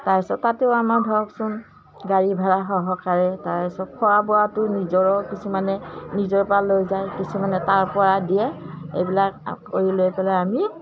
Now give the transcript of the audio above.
তাৰ পিছত তাতেও আমাৰ ধৰকচোন গাড়ী ভাড়া সহকাৰে তাৰ পিছত খোৱা বোৱাটো নিজৰো কিছুমানে নিজৰপৰা লৈ যায় কিছুমানে তাৰপৰা দিয়ে এইবিলাক কৰি লৈ পেলাই আমি